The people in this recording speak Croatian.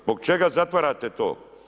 Zbog čega zatvarate to?